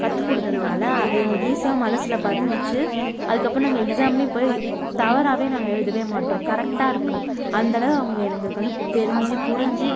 கற்றுக் கொடுத்ததுனால எங்களுக்கு ஈஸியாக மனசில் பதிஞ்சிச்சு அதுக்கு அப்புறம் நாங்கள் எக்ஸாமிலேயும் போய் தவறாகவே நாங்கள் எழுதவே மாட்டோம் கரெக்ட்டாகருக்கும் அந்த அளவு அவங்க எங்களுக்கு வந்து தெரிஞ்சு புரிஞ்சு